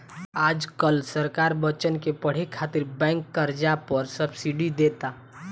आज काल्ह सरकार बच्चन के पढ़े खातिर बैंक कर्जा पर सब्सिडी देता